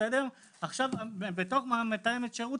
להגיד זה מה שיש,